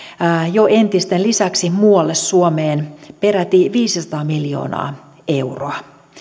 jo entisten lisäksi muualle suomeen peräti viisisataa miljoonaa euroa